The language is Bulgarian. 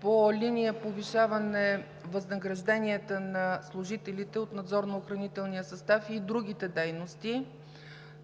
по линия „Повишаване възнагражденията на служителите от Надзорно-охранителния състав“ и другите дейности,